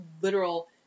literal